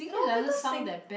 no because sing~